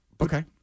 Okay